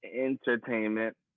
Entertainment